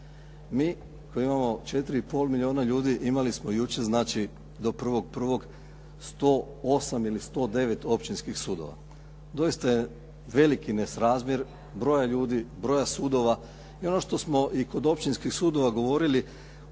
Mi koji imamo 4 i pol milijuna ljudi imali smo jučer, znači do 1.1. 108 ili 109 općinskih sudova. Doista je veliki nesrazmjer broja ljudi, broja sudova i ono što smo i kod općinskih sudova govorili,